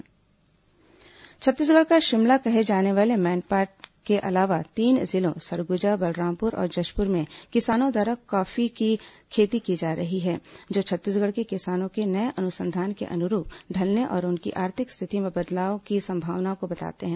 Surguja coffee खेती छत्तीसगढ़ का शिमला कहे जाने वाले मैनपाट के अलावा तीन जिलों सरगुजा बलरामपुर और जशपुर में किसानों द्वारा कॉफी की खेती की जा रही है जो छत्तीसगढ़ के किसानों के नये अनुसंधान के अनुरूप ढलने और उनकी आर्थिक स्थिति में बदलाव की संभावनाओं को बताता है